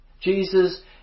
Jesus